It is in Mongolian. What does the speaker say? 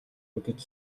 үзэж